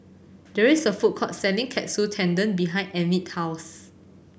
there is a food court selling Katsu Tendon behind Enid's house